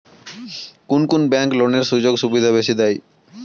কুন কুন ব্যাংক লোনের সুযোগ সুবিধা বেশি দেয়?